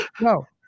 No